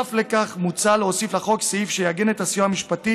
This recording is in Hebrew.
נוסף על כך מוצע להוסיף לחוק סעיף שיעגן את הסיוע המשפטי